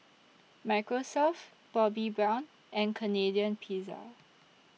Microsoft Bobbi Brown and Canadian Pizza